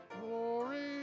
glory